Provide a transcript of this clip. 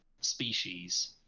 species